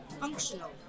functional